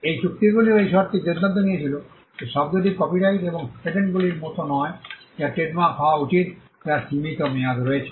এই চুক্তিগুলিও এই শর্তে সিদ্ধান্ত নিয়েছিল যে শব্দটি কপিরাইট এবং পেটেন্টগুলির মতো নয় যা ট্রেডমার্ক হওয়া উচিত যার সীমিত মেয়াদ রয়েছে